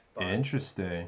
interesting